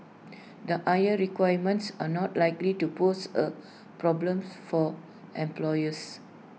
the higher requirements are not likely to pose A problem for employers